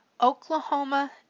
Oklahoma